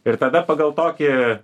ir tada pagal tokį